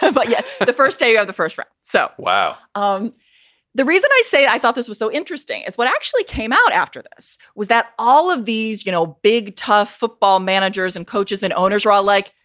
ah but yeah the first day of the first round set. so wow. um the reason i say i thought this was so interesting is what actually came out after this was that all of these, you know, big, tough football managers and coaches and owners were all like,